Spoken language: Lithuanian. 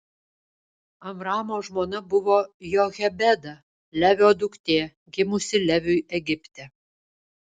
amramo žmona buvo jochebeda levio duktė gimusi leviui egipte